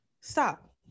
Stop